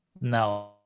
No